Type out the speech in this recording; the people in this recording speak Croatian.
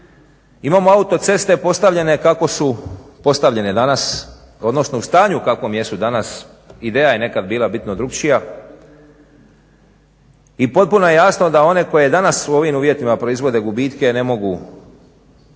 Imamo autoceste postavljene kako su postavljene danas, odnosno u stanju u kakvom jesu danas ideja je nekad bila bitno drukčija, i potpuno je jasno da one koje danas u ovim uvjetima proizvode gubitke ne mogu